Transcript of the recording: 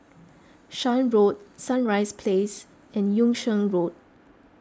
Shan Road Sunrise Place and Yung Sheng Road